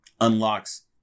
unlocks